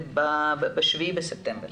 להיעשות בסביבות ה-7 בספטמבר